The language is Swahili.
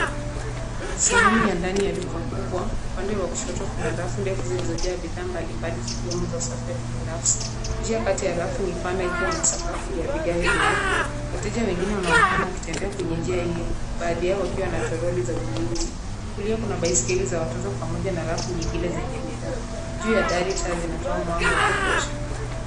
Sehemu ya ndani ya duka kubwa. Upande wa kushoto kuna rafu ndefu zilizojaa bidhaa mbalimbali zikiwemo za usafi wa kibinafsi. Njia kati ya rafu ni pana ikiwa na sakafu ya vigae vyeupe. Wateja wengine wanaonekana wakitembea kwenye njia hiyo, baadhi yao wakiwa na troli za ununuzi. Kulia kuna baiskeli za watoto pamoja na rafu nyingine zenye bidhaa. Juu ya dari taa zinatoa mwanga wa kutosha.